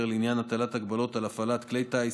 לעניין הטלת הגבלות על הפעלת כלי טיס,